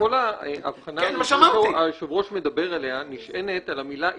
כל ההבחנה הזאת שהיושב-ראש מדבר עליה פה נשענת על המילה "עיסוק"